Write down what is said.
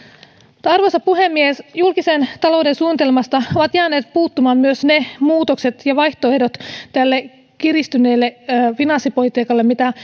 arvoisa puhemies julkisen talouden suunnitelmasta ovat jääneet puuttumaan myös muutokset ja vaihtoehdot tälle kiristyneelle finanssipolitiikalle mitä